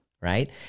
right